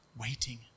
waiting